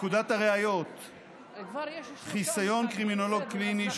פקודת הראיות (חסיון קרימינולוג קליני),